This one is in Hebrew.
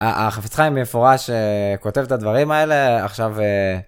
החפץ חיים מפורש כותב את הדברים האלה עכשיו